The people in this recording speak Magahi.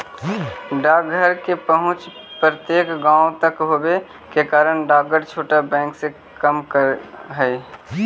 डाकघर के पहुंच प्रत्येक गांव तक होवे के कारण डाकघर छोटा बैंक के काम करऽ हइ